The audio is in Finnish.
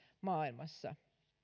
maailmassa